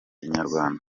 inyarwanda